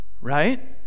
Right